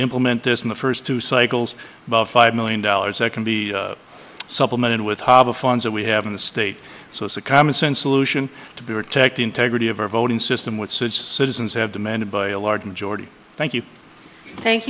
implement this in the first two cycles about five million dollars that can be supplemented with hobby farms that we have in the state so it's a common sense solutions to be protecting integrity of our voting system with such citizens have demanded by a large majority thank you thank